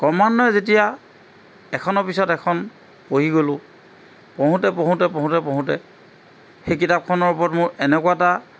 ক্ৰমান্বয়ে যেতিয়া এখনৰ পিছত এখন পঢ়ি গ'লো পঢ়োঁতে পঢ়োঁতে পঢ়োঁতে পঢ়োঁতে সেই কিতাপখনৰ ওপৰত মোৰ এনেকুৱা এটা